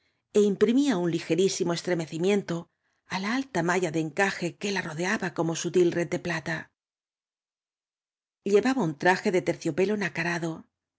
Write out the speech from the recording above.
é imprimía uq ligérrim o estre mecimíento á ja alta malla de encaje que la ro deba como sutil red de plata llevaba ua traje de terciopelo nacarado